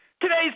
today's